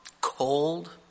cold